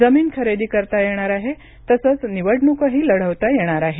जमीन खरेदी करता येणार आहे तसंच निवडणूकही लढवता येणार आहे